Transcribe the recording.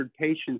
patients